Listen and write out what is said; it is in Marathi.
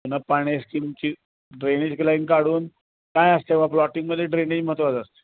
पुन्हा पाण्याची स्कीमची ड्रेनेजची लाईन काढून काय असते बा प्लॉटिंगमध्ये ड्रेनेज महत्त्वाचं असते